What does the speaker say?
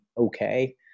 okay